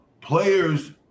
players